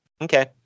Okay